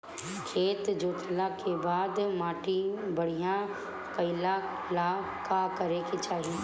खेत जोतला के बाद माटी बढ़िया कइला ला का करे के चाही?